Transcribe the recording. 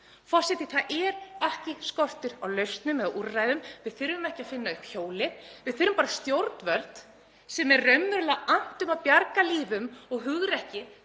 Forseti. Það er ekki skortur á lausnum eða úrræðum. Við þurfum ekki að finna upp hjólið. Við þurfum bara stjórnvöld sem er raunverulega annt um að bjarga lífum og hafa hugrekki